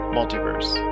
Multiverse